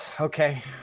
Okay